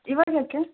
ಇವಾಗ್ಯಾಕೆ